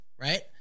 right